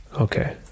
Okay